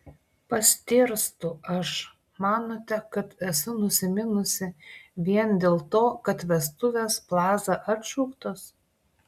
pastėrstu aš manote kad esu nusiminusi vien dėl to kad vestuvės plaza atšauktos